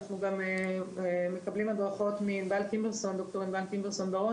אנחנו מקבלים הדרכות מדוקטור ענבל קיברסון בר-און